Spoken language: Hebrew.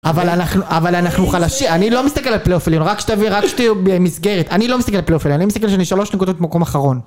אבל אנחנו, אבל אנחנו חלשים, אני לא מסתכל על פלייאופים, רק כשתביא, רק כשתהיו במסגרת, אני לא מסתכל על פלייאופים, אני מסתכל שאני שלוש נקודות במקום אחרון.